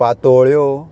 पातोळ्यो